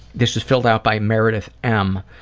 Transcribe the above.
this was filled out by meredith m.